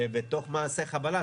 בתוך מעשה חבלה,